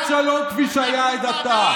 כפי שהיה עד עתה.